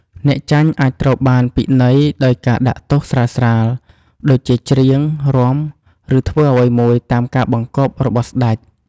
អ្នកចាញ់អាចត្រូវបានពិន័យដោយការដាក់ទោសស្រាលៗ ដូចជាច្រៀង រាំ ឬធ្វើអ្វីមួយតាមការបង្គាប់របស់ស្តេច។